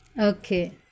Okay